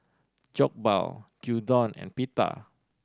Jokbal Gyudon and Pita